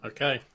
Okay